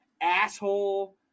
asshole